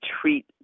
treat